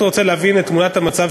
רוצה להבין את תמונת המצב,